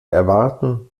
erwarten